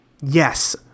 Yes